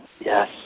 Yes